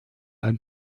ein